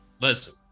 listen